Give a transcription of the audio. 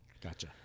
gotcha